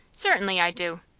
certainly i do.